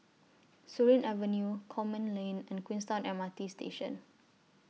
Surin Avenue Coleman Lane and Queenstown M R T Station